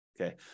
okay